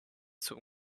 zum